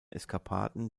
eskapaden